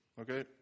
Okay